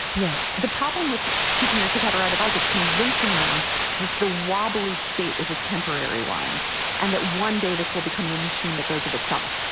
yes. the problem with teaching your kids how to ride a bike is convincing them that the wobbly state is a temporary one and that one day this will become a machine that goes of itself.